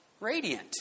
Radiant